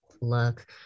look